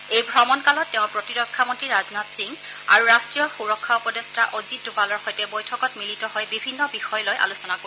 এই ভ্ৰমণ কালত তেওঁ প্ৰতিৰক্ষা মন্ত্ৰী ৰাজনাথ সিঙ আৰু ৰাষ্ট্ৰীয় সুৰক্ষা উপদেষ্টা অজিত ডোভালৰ সৈতে বৈঠকত মিলিত হৈ বিভিন্ন বিষয় লৈ আলোচনা কৰিব